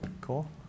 Cool